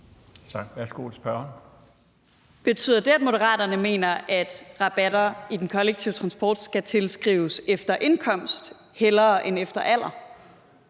Kl. 17:38 Sofie Lippert (SF): Betyder det, at Moderaterne mener, at rabatter i den kollektive transport skal tilskrives efter indkomst hellere end efter alder?